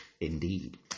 Indeed